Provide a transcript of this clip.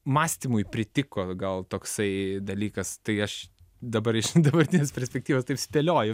mąstymui pritiko gal toksai dalykas tai aš dabar iš dabartinės perspektyvos taip spėlioju